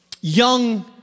young